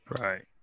right